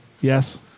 Yes